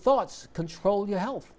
thoughts control your health